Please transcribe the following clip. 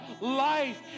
life